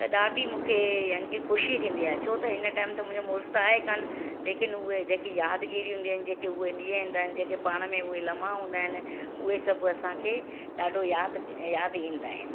त ॾाढी मूंखे यानी की ख़ुशी थींदी आहे छो त हिन टाइम ते मुंहिंजो मुडुस त आहे कोन्ह लेकिन उहे जेकी यादगिरी हूंदियूं आहिनि उहे ॾींहं हूंदा आहिनि जेके पाण में उहे लमहा हूंदा आहिनि उहे सभु असांखे ॾाढो यादि यादि ईंदा आहिनि